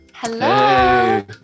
Hello